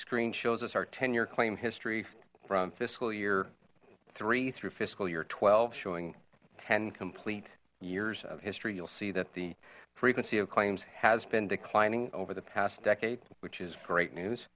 screen shows us our tenure claim history from fiscal year three through fiscal year twelve showing ten complete years of history you'll see that the frequency of claims has been declining over the decade which is great news